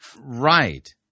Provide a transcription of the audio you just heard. Right